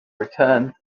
return